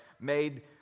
made